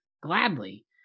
gladly